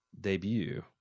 debut